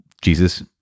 jesus